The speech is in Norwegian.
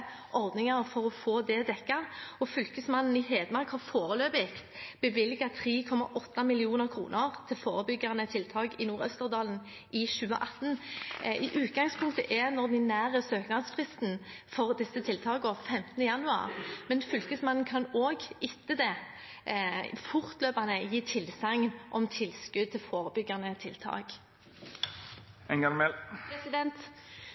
for å få det dekket. Fylkesmannen i Hedmark har foreløpig bevilget 3,8 mill. kr til forebyggende tiltak i Nord-Østerdal i 2018. I utgangspunktet er den ordinære søknadsfristen for disse tiltakene 15. januar, men Fylkesmannen kan også etter det fortløpende gi tilsagn om tilskudd til forebyggende tiltak.